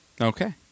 Okay